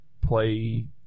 play